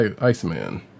Iceman